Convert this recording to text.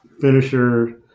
finisher